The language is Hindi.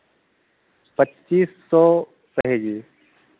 पच्चीस सौ चाहिए